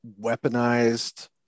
weaponized